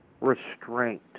restraint